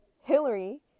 hillary